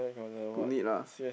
don't need lah